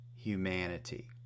humanity